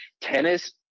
tennis